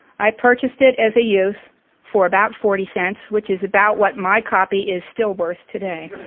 i purchased it as a youth for about forty cents which is about what my copy is still worth today.